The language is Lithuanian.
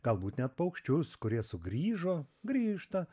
galbūt net paukščius kurie sugrįžo grįžta